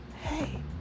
hey